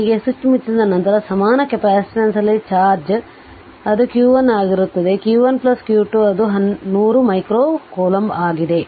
ಹೀಗೆ ಸ್ವಿಚ್ ಮುಚ್ಚಿದ ನಂತರ ಸಮಾನ ಕೆಪಾಸಿಟನ್ಸ್ನಲ್ಲಿನ ಚಾರ್ಜ್ ಅದು q 1 ಆಗಿರುತ್ತದೆ ಅದು q 1 q 2 ಮತ್ತು ಅದು 100 ಮೈಕ್ರೋ ಕೂಲಂಬ್ ಆಗಿದೆ